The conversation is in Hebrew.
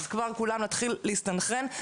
כבר כולם להתחיל להסתנכרן,